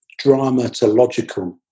dramatological